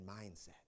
mindset